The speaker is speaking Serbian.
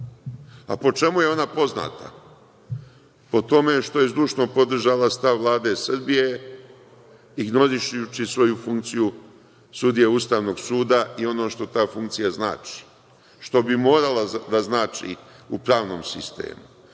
A po čemu je ona poznata? Po tome što je zdušno podržala stav Vlade Srbije ignorišući svoju funkciju sudije Ustavnog suda i ono što ta funkcija znači, što bi morala da znači u pravnom sistemu.